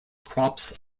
crops